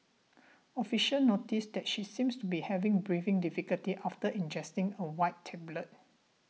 officers noticed that she seemed to be having breathing difficulties after ingesting a white tablet